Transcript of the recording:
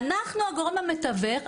אנחנו הגורם המתווך,